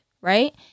right